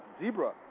Zebra